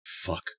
fuck